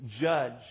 judge